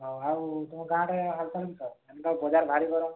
ହଁ ଆଉ ତୁମ ଗାଁ ଆଡ଼େ ହାଲଚାଲ କିସ ଏବେ ତ ବଜାର ଭାରି ଗରମ